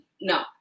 no